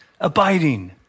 abiding